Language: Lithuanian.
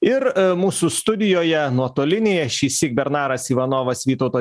ir mūsų studijoje nuotolinėje šįsyk bernaras ivanovas vytauto